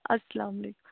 اَسلامُ عَلیکُم